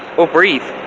or breathe.